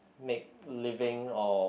make living or